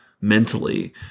mentally